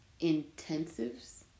intensives